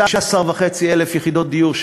16,500 יחידות דיור,